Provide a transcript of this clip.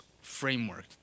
framework